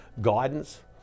guidance